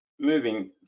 Moving